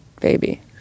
baby